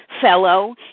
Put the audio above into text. fellow